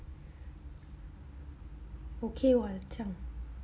okay [what] 这样